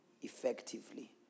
effectively